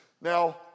Now